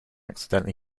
accidentally